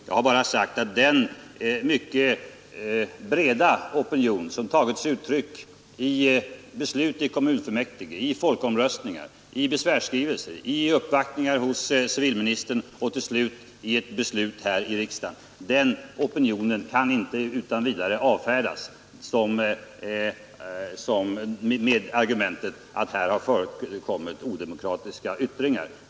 Jag har bara sagt att den mycket breda opinion som tagit sig uttryck i beslut i kommunfullmäktige, i folkomröstningar, i besvärsskrivelser, i uppvaktningar hos civilministern och till sist i ett beslut här i riksdagen, den opinionen kan inte utan vidare avfärdas med argumentet att här har förekommit odemokratiska yttringar.